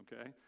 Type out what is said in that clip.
okay